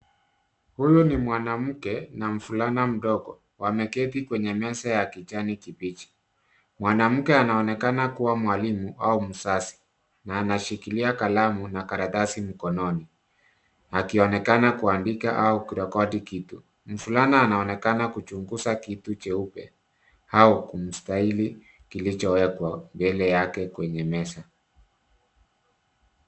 Huyu ni mwanamke na mvulana mdogo wameketi kwenye meza ya kijani kibichi. Mwanamke anaonekana kuwa mwalimu au mzazi na anashikilia kalamu na karatasi mkononi, akionekana kuandika au kurekodi kitu. Mvulana anaonekana kuchunguza kitu cheupe au kimstahili kilichowekwa mbele yake kwenye meza.